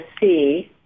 see